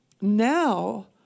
now